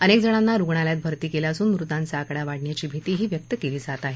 अनेकजणांना रुग्णालयात भर्ती केलं असून मृतांचा आकडा वाढण्याची भीतीही व्यक्त केली जात आहे